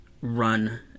run